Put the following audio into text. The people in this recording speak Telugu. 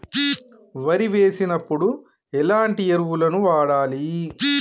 వరి వేసినప్పుడు ఎలాంటి ఎరువులను వాడాలి?